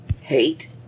hate